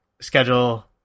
schedule